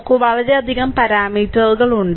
നോക്കൂ വളരെയധികം പാരാമീറ്ററുകൾ ഉണ്ട്